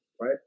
right